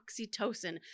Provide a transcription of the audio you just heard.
oxytocin